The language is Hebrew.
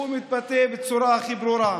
הוא מתבטא בצורה הכי ברורה.